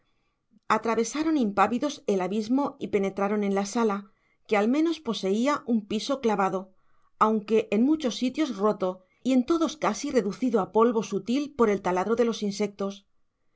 atravesaron impávidos el abismo y penetraron en la sala que al menos poseía un piso clavado aunque en muchos sitios roto y en todos casi reducido a polvo sutil por el taladro de los insectos